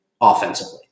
offensively